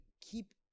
keep